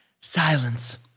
Silence